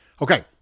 Okay